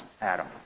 Adam